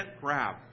grab